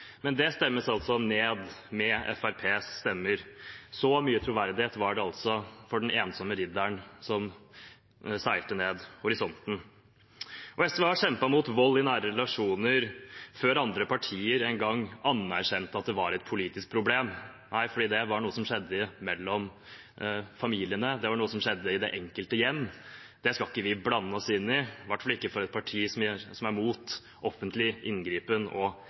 Men det stemmes altså ned, med Fremskrittspartiets stemmer. Så mye troverdighet var det altså for den ensomme ridderen som seilte ned i horisonten. SV har kjempet mot vold i nære relasjoner før andre partier engang anerkjente at det var et politisk problem – for det var noe som skjedde mellom familiene, det var noe som skjedde i det enkelte hjem, det skulle man ikke blande seg inn i, i hvert fall ikke et parti som er imot offentlig inngripen